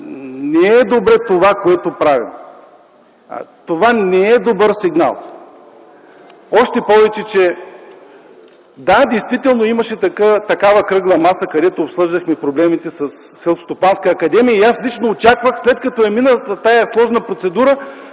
не е добре това, което правим. Това не е добър сигнал. Още повече, че – да, действително имаше такава Кръгла маса, където обсъждахме проблемите със Селскостопанска академия и аз лично очаквах, след като е мината тази сложна процедура,